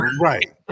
Right